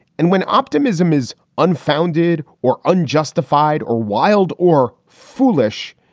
and when optimism is unfounded or unjustified or wild or foolish,